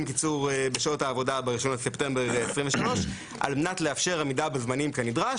קיצור שעות העבודה ב-1 בספטמבר 2023. על מנת לאפשר עמידה בזמנים כנדרש,